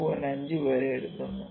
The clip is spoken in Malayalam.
5 വരെ എടുക്കുന്നു